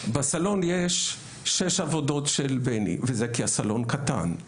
בסלון יש שש עבודות של בני וזה כי הסלון קטן,